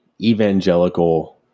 evangelical